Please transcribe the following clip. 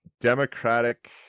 democratic